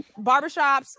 barbershops